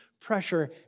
pressure